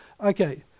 Okay